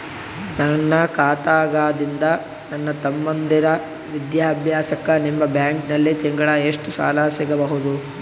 ನನ್ನ ಖಾತಾದಾಗಿಂದ ನನ್ನ ತಮ್ಮಂದಿರ ವಿದ್ಯಾಭ್ಯಾಸಕ್ಕ ನಿಮ್ಮ ಬ್ಯಾಂಕಲ್ಲಿ ತಿಂಗಳ ಎಷ್ಟು ಸಾಲ ಸಿಗಬಹುದು?